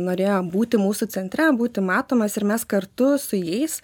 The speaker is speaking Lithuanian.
norėjo būti mūsų centre būti matomas ir mes kartu su jais